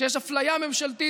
כשיש אפליה ממשלתית,